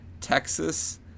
Texas